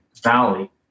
Valley